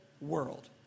world